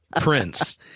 prince